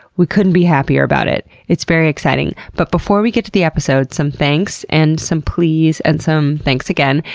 we couldn't be happier about it. it's very exciting. but before we get to the episode, some thanks and some please, and some thanks again.